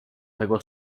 tego